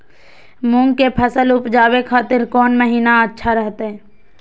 मूंग के फसल उवजावे खातिर कौन महीना अच्छा रहतय?